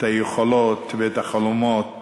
את היכולות ואת החלומות